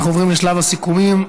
אנחנו עוברים לשלב הסיכומים.